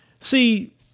See